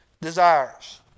desires